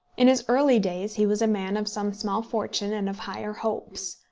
in his early days he was a man of some small fortune and of higher hopes.